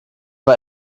war